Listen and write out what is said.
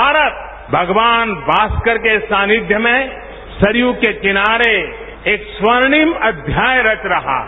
भारत भगवानथास्कर के सानिध्य में सरयू के किनारेएक स्वर्णिम अध्याय रच रहा है